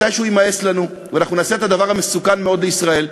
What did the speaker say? מתישהו יימאס לנו ואנחנו נעשה את הדבר המסוכן מאוד לישראל,